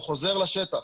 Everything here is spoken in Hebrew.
הוא חוזר לשטח.